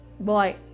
boy